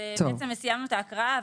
אז בעצם סיימנו את ההקראה,